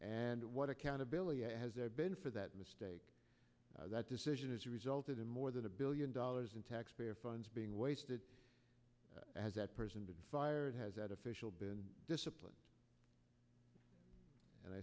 and what accountability has there been for that mistake that decision has resulted in more than a billion dollars in taxpayer funds being wasted as that person to be fired has that official been disciplined and i